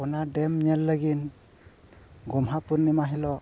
ᱚᱱᱟ ᱧᱮᱞ ᱞᱟᱹᱜᱤᱫ ᱜᱚᱢᱦᱟ ᱯᱩᱨᱱᱤᱢᱟ ᱦᱤᱞᱳᱜ